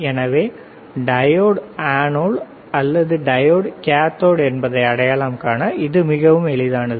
எனவே diode anode அல்லது diode cathode என்பதை அடையாளம் காண இது மிகவும் எளிதானது